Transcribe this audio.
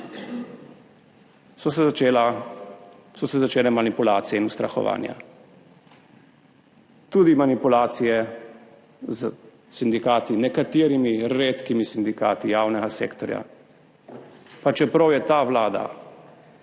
so se začele manipulacije in ustrahovanja. Tudi manipulacije s sindikati, nekaterimi redkimi sindikati javnega sektorja, pa čeprav je ta vlada